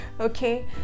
Okay